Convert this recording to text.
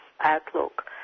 outlook